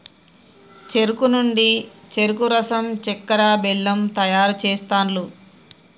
చెరుకు నుండి చెరుకు రసం చెక్కర, బెల్లం తయారు చేస్తాండ్లు